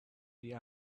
the